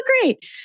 great